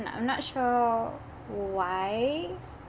I'm not sure why